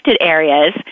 areas